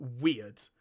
weird